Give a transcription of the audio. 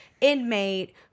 inmate